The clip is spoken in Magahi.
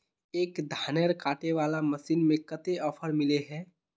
एक धानेर कांटे वाला मशीन में कते ऑफर मिले है?